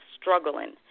struggling